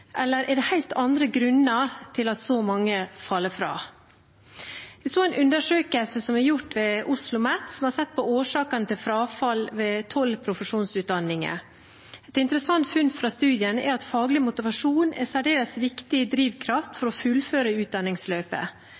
eller er det helt andre grunner til at så mange faller fra? Jeg så en undersøkelse som er gjort ved OsloMet, som har sett på årsakene til frafall ved tolv profesjonsutdanninger. Et interessant funn fra studien er at faglig motivasjon er en særdeles viktig drivkraft for å fullføre utdanningsløpet.